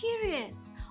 curious